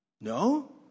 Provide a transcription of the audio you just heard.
No